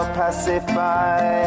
pacify